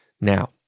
Now